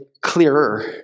clearer